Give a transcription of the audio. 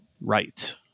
Right